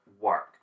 work